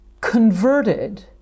converted